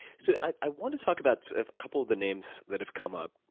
so i wanna talk about a couple of the names that have come up.